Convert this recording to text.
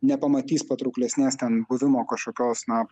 nepamatys patrauklesnės ten buvimo kažkokios na